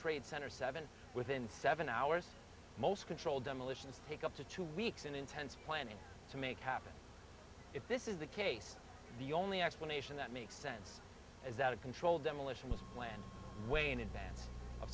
trade center seven within seven hours most controlled demolitions take up to two weeks in intense planning to make happen if this is the case the only explanation that makes sense as out of control demolition was planned wayne advance of